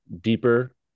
deeper